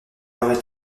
aurait